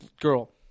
girl